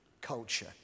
culture